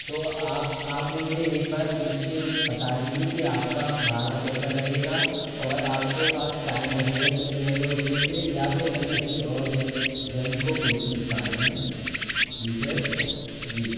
तो आप आप मुझे एक बार पूछ के बता दीजिए कि आप का भाड़ा कैसा रहेगा और आप के पास टाइम रहेगा कि नहीं रहेगा उस दिन के लिए या फिर मैं किसी और जन जन को पूछूँ इस बारे में जी सर जी